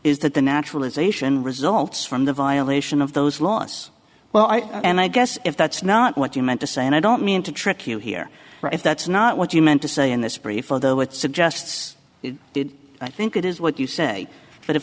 is that the naturalization results from the violation of those laws well i and i guess if that's not what you meant to say and i don't mean to trick you here if that's not what you meant to say in this brief or though it suggests it did i think it is what you say but if